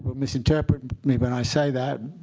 but misinterpret me when i say that,